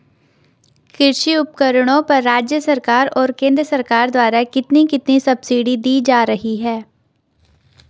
कृषि उपकरणों पर राज्य सरकार और केंद्र सरकार द्वारा कितनी कितनी सब्सिडी दी जा रही है?